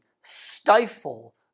stifle